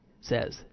says